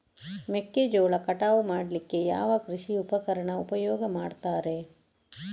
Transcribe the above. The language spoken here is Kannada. ಮೆಕ್ಕೆಜೋಳ ಕಟಾವು ಮಾಡ್ಲಿಕ್ಕೆ ಯಾವ ಕೃಷಿ ಉಪಕರಣ ಉಪಯೋಗ ಮಾಡ್ತಾರೆ?